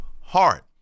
heart